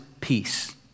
peace